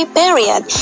period